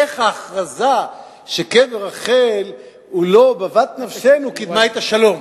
איך ההכרזה שקבר רחל הוא לא בבת נפשנו קידמה את השלום?